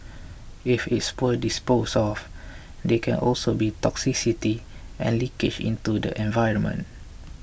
if it's poorly disposed of there can also be toxicity and leakage into the environment